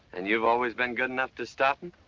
and you've always been good enough to stop and